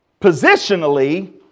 positionally